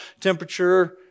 temperature